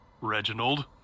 Reginald